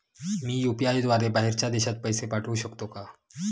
मी UPI द्वारे बाहेरच्या देशात पैसे पाठवू शकतो का?